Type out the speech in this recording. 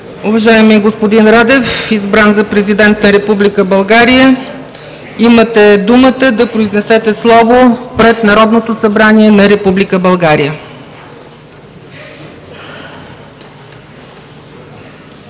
Уважаеми господин Радев, избран за президент на Република България, имате думата да произнесете слово пред Народното събрание на Република България.